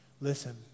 Listen